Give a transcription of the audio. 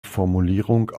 formulierung